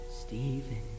Stephen